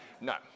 No